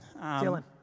Dylan